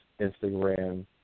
Instagram